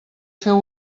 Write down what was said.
feu